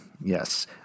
Yes